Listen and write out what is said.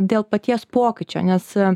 dėl paties pokyčio nes